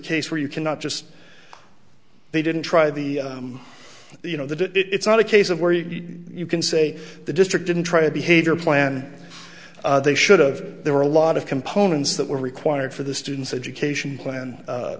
case where you cannot just they didn't try the you know that it it's not a case of where you did you can say the district didn't try behavior plan they should've there were a lot of components that were required for the student's education plan